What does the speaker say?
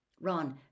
Ron